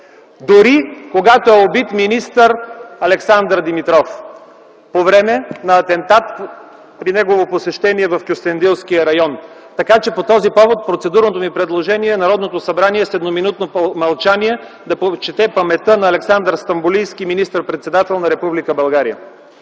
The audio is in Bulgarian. дори когато е убит министър Александър Димитров по време на атентат при негово посещение в Кюстендилския район. По този повод процедурното ми предложение е Народното събрание с едноминутно мълчание да почете паметта на Александър Стамболийски – министър-председател на Република България.